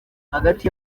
hagati